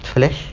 flash